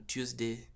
Tuesday